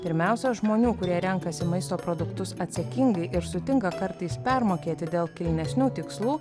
pirmiausia žmonių kurie renkasi maisto produktus atsakingai ir sutinka kartais permokėti dėl kilnesnių tikslų